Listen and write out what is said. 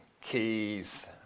keys